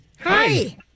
Hi